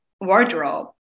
wardrobe